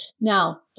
Now